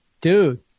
Dude